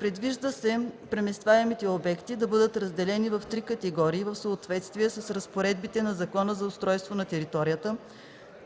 Предвижда се преместваемите обекти да бъдат разделени в три категории в съответствие с разпоредбите на Закона за устройство на територията,